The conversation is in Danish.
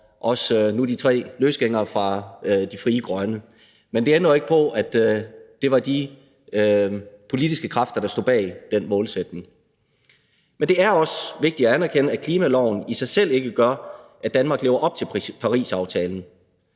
også de tre løsgængere fra Frie Grønne, men det ændrer jo ikke på, at det var de politiske kræfter, der stod bag den målsætning. Det er også vigtigt at anerkende, at klimaloven ikke i sig selv gør, at Danmark lever op til Parisaftalen.